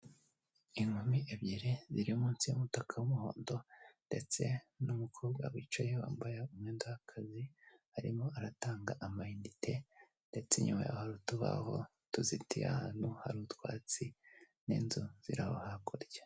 Inkumi ebyiri ziri munsi y'imodoka y'umuhondo, ndetse n'umukobwa wicaye wambaye umwenda w'akazi, arimo aratanga amayinite ndetse inyuma yaho hari utubaho tuzitiye ahantu hari utwatsi n'inzu ziraho hakurya.